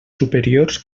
superiors